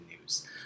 news